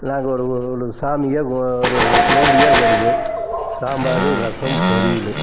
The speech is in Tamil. நாங்கள் ஒரு சாமியே கோ ஒரு நோம்புயே வருது சாம்பார் ரசம் பொரியல்